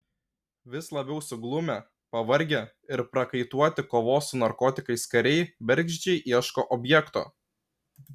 vis labiau suglumę pavargę ir prakaituoti kovos su narkotikais kariai bergždžiai ieško objekto